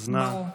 ברור.